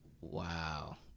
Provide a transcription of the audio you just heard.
wow